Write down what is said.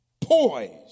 Poised